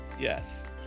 Yes